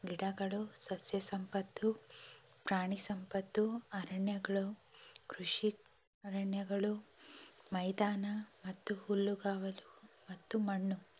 ಗಿಡಗಳು ಸಸ್ಯ ಸಂಪತ್ತು ಪ್ರಾಣಿ ಸಂಪತ್ತು ಅರಣ್ಯಗಳು ಕೃಷಿ ಅರಣ್ಯಗಳು ಮೈದಾನ ಮತ್ತು ಹುಲ್ಲುಗಾವಲು ಮತ್ತು ಮಣ್ಣು